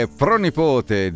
pronipote